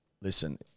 Listen